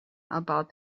about